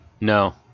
No